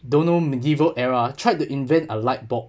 don't know medieval era tried to invent a light bulb